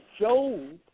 Job